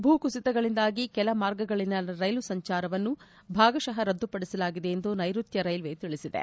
ಭೂಕುಸಿದಗಳಿಂದಾಗಿ ಕೆಲ ಮಾರ್ಗಗಳಲ್ಲಿನ ರೈಲು ಸಂಚಾರವನ್ನು ಭಾಗಶಃ ರದ್ದುಪಡಿಸಲಾಗಿದೆ ಎಂದ ನೈರುತ್ತ ರೈಲ್ವೆ ತಿಳಿಸಿದೆ